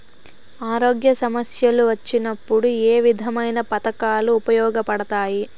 ఆరోగ్య సమస్యలు వచ్చినప్పుడు ఏ విధమైన పథకాలు ఉపయోగపడతాయి